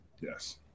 Yes